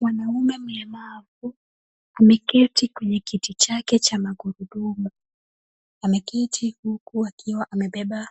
Mwanaume mlemavu ameketi kwenye kiti chake cha magurudumu. Ameketi huku akiwa amebeba